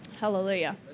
Hallelujah